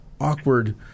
awkward